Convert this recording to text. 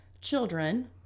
children